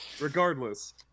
Regardless